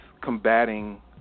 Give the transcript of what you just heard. combating